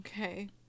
Okay